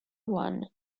one